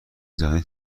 جهانی